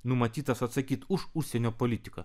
numatytas atsakyt už užsienio politiką